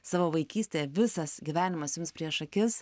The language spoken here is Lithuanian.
savo vaikystėje visas gyvenimas jums prieš akis